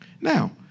Now